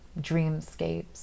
dreamscapes